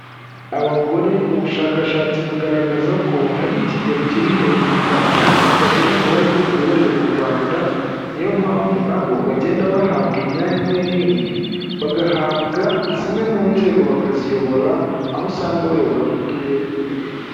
Abagore ubushakashatsi bugaragaza ko hari ikigero kiri hejuru cyane bagira muruhare rw'imiyoborere mu Rwanda, ni yo mpamvu n'abo bagenda bahabwa imyanya imwe nimwe, bagahabwa z'imwe mu nzego bakaziyobora, aho usanga bayobora nk'uturere n'imirenge.